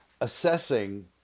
assessing